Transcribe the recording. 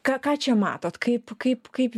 ką ką čia matot kaip kaip kaip